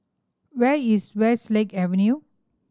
where is Westlake Avenue